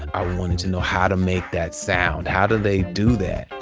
i wanted to know how to make that sound, how do they do that